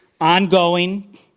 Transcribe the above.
ongoing